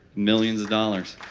millions of dollars